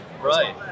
Right